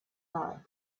like